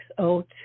out